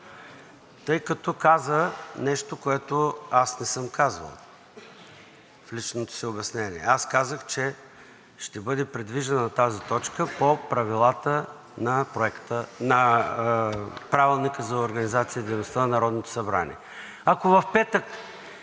Тъй като каза нещо, което аз не съм казвал в личното си обяснение. Аз казах, че ще бъде придвижена тази точка по правилата на Правилника за организацията и дейността на Народното събрание. Ако в петък